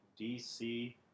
DC